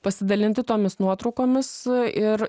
pasidalinti tomis nuotraukomis ir